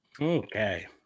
Okay